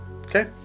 okay